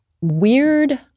weird